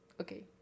Okay